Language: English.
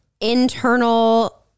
internal